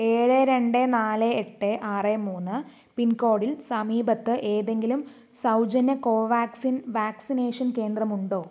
ഏഴ് രണ്ട് നാല് എട്ട് ആറ് മൂന്ന് പിൻകോഡിൽ സമീപത്ത് ഏതെങ്കിലും സൗജന്യ കോവാക്സിൻ വാക്സിനേഷൻ കേന്ദ്രമുണ്ടോ